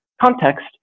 context